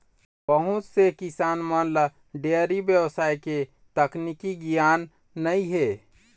बहुत से किसान मन ल डेयरी बेवसाय के तकनीकी गियान नइ हे